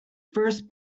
first